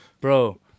Bro